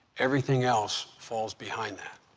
everything else falls behind that.